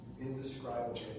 indescribable